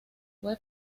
web